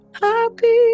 happy